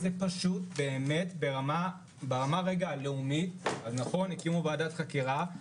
ברמה הלאומית, למרות הקמת ועדת החקירה,